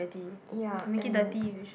ya and